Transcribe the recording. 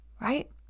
Right